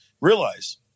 Realize